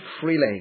freely